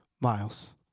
miles